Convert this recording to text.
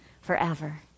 forever